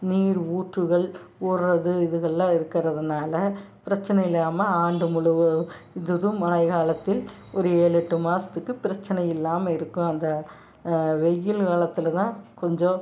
நீர் ஊற்றுகள் ஊறுகிறது இதுகள்லாம் இருக்கிறதுனால பிரச்சனை இல்லாமல் ஆண்டு முழுவ இதும் மழை காலத்தில் ஒரு ஏழு எட்டு மாதத்துக்கு பிரச்சனை இல்லாமல் இருக்கும் அந்த வெயில் காலத்தில் தான் கொஞ்சம்